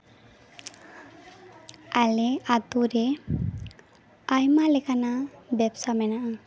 ᱟᱞᱮ ᱟᱛᱳ ᱨᱮ ᱟᱭᱢᱟ ᱞᱮᱠᱟᱱᱟᱜ ᱵᱮᱵᱥᱟ ᱢᱮᱱᱟᱜᱼᱟ